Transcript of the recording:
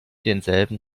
denselben